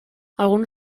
algun